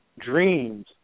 dreams